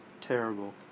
terrible